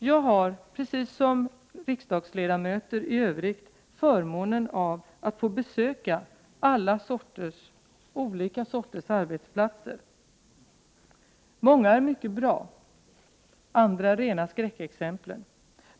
Jag har, precis som riksdagsledamöterna, förmånen att få besöka olika sorters arbetsplatser. Många är mycket bra, andra rena skräckexempel.